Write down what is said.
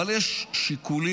אבל יש שיקולים.